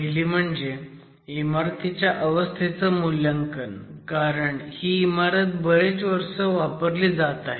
पहिली म्हणजे इमारतीच्या अवस्थेचं मूल्यांकन कारण ही इमारत बरेच वर्ष वापरली जात आहे